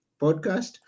podcast